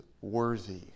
worthy